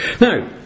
Now